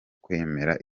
kwemera